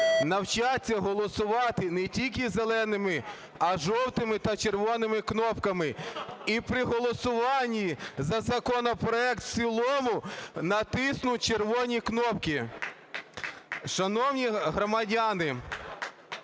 навчаться голосувати не тільки зеленими, а й жовтими та червоними кнопками, і при голосуванні за законопроект в цілому натиснуть червоні кнопки. Шановні громадяни,